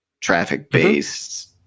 traffic-based